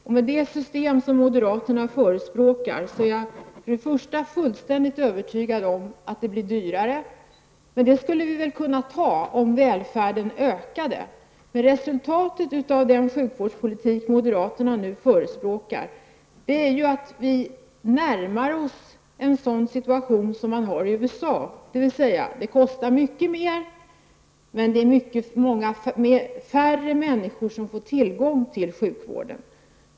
Jag är fullständigt övertygad om att det system som moderaterna förespråkar blir dyrare. Det skulle vi väl kunna acceptera, om välfärden ökade. Men resultatet av den sjukvårdspolitik som moderaterna nu förespråkar skulle bli att vi närmar USAs situation, dvs. det kostar mycket mer och färre människor får tillgång till sjukvård.